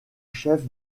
chefs